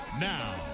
Now